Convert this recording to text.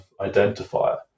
identifier